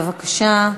בבקשה,